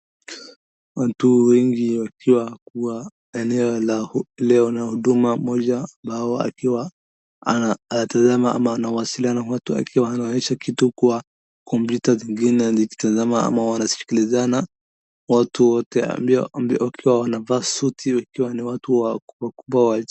Watu wengi wakiwa kwa eneo la huduma moja, mmoja akiwa anatazama ama anawasiliana na watu wakiwa anaonyesha kitu kwa kompyuta, zingine zikitazama ama wanasikilizana. Watu wote wakiwa wamevaa suti, wakiwa ni watu wakubwa.